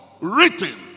written